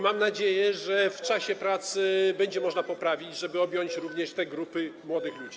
Mam nadzieję, że w czasie prac będzie można to poprawić, żeby objąć również te grupy młodych ludzi.